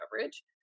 coverage